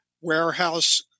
warehouse